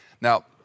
Now